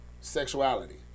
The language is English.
sexuality